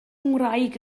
ngwraig